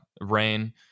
Rain